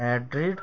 Madrid